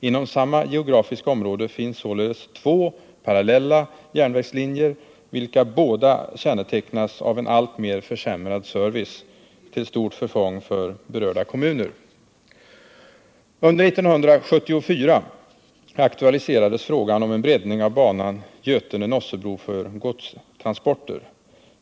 Inom samma geografiska område finns således två parallella järnvägslinjer, vilka båda kännetecknas av en alltmer försämrad service — till stort förfång för berörda kommuner. Under 1974 aktualiserades frågan om en breddning av banan Götene-Nossebro för godstransporter.